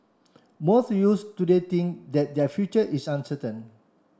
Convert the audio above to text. most youths today think that their future is uncertain